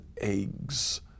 eggs